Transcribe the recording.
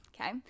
okay